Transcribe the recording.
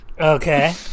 Okay